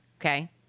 Okay